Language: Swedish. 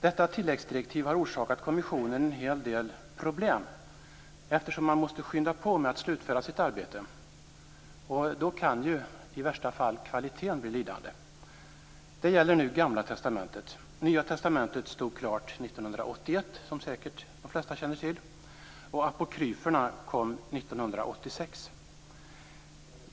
Detta tilläggsdirektiv har orsakat kommissionen en hel del problem, eftersom man måste skynda på med att slutföra sitt arbete. Då kan i värsta fall kvaliteten bli lidande. Det gäller nu Gamla Testamentet. Nya Testamentet stod klart 1981, som de flesta säkert känner till, och Apokryferna kom 1986.